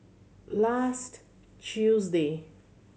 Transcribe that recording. last Tuesday